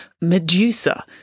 Medusa